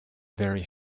very